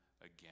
again